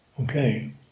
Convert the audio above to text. Okay